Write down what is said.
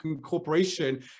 corporation